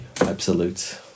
absolute